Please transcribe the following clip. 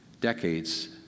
decades